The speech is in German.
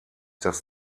das